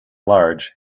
large